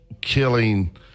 killing